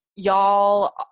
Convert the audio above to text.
Y'all